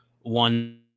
One